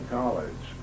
college